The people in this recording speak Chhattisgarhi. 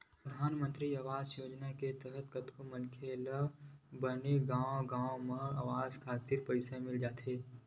परधानमंतरी आवास योजना के तहत कतको झन मनखे मन ल बने गांव गांव म अवास खातिर पइसा मिल जाथे